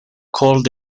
called